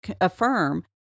affirm